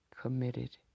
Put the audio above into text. committed